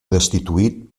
destituït